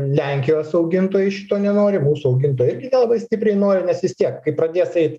lenkijos augintojai šito nenori mūsų augintojai irgi nelabai stipriai nori nes vis tiek kai pradės eit